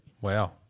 Wow